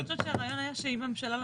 אני חושבת שהרעיון היה שאם הממשלה לא